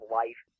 life